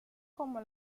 como